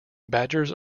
badgers